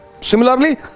Similarly